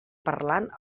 parlant